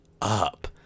up